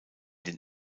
den